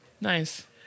Nice